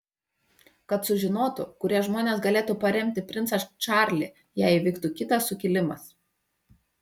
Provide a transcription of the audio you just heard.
kad sužinotų kurie žmonės galėtų paremti princą čarlį jei įvyktų kitas sukilimas